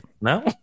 no